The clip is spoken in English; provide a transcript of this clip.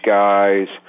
guys